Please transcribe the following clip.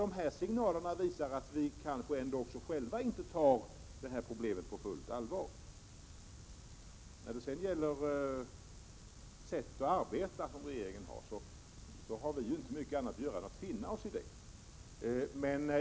De här signalerna visar att vi inte själva tar problemet på fullt allvar. När det sedan gäller regeringens sätt att arbeta har vi inte mycket annat att göra än att finna oss i det.